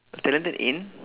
talented in